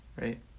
right